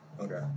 Okay